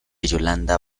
yolanda